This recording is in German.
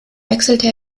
wechselte